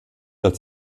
als